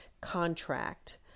contract